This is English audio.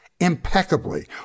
impeccably